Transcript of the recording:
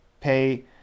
pay